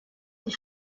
die